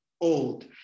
old